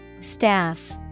Staff